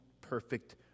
perfect